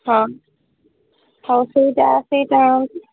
ହଁ ହୋଉ ସେଇଟା ସେଇଟା